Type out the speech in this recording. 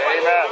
Amen